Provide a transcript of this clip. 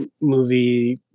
movie